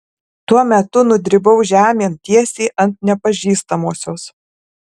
tuo metu nudribau žemėn tiesiai ant nepažįstamosios